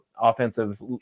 offensive